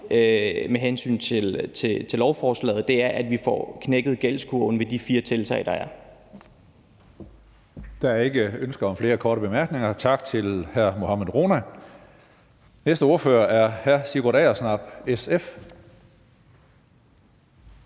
med hensyn til lovforslaget, er, at vi får knækket gældskurven ved de fire tiltag, der er. Kl. 14:52 Tredje næstformand (Karsten Hønge): Der er ikke ønsker om flere korte bemærkninger. Tak til hr. Mohammad Rona. Næste ordfører er hr. Sigurd Agersnap, SF.